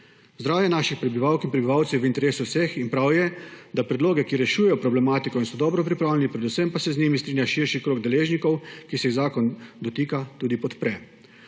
Zdravje naših prebivalk in prebivalcev je v interesu vseh in prav je, da predloge, ki rešujejo problematiko in so dobro pripravljeni, predvsem pa se z njimi strinja širši krog deležnikov, ki se jih zakon dotika, tudi podpre.